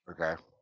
Okay